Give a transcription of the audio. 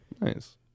Nice